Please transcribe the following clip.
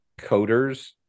Coders